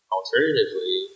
Alternatively